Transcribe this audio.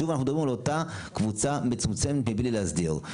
שוב אנחנו מדברים על אותה קבוצה מצומצמת מבלי להסדיר.